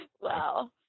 Wow